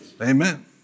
Amen